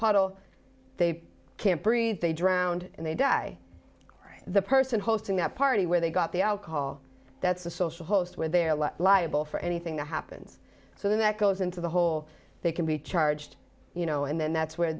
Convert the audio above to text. puddle they can't breathe they drowned and they die the person hosting that party where they got the alcohol that's the social host where they are liable for anything that happens so that goes into the whole they can be charged you know and then that's where